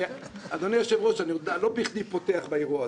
אדוני היושב-ראש, לא בכדי אני פותח באירוע הזה.